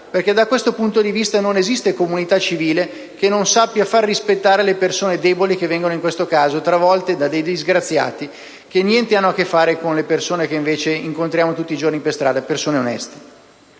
perché da questo punto di vista non esiste comunità civile che non sappia far rispettare le persone deboli che vengono, come in questo caso, travolte da disgraziati che niente hanno a che fare con le persone oneste che incontriamo tutti i giorni per strada. *(Applausi